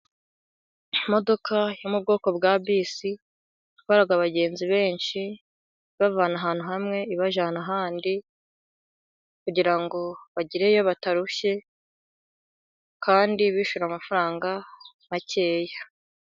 Imodoka yo mu bwoko bwa bisi, itwara abagenzi benshi ibavana ahantu hamwe ibajyana ahandi, kugira ngo bagereyo batarushye, kandi bishyura amafaranga make.